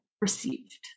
received